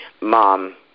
mom